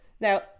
now